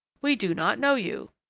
we do not know you.